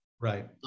Right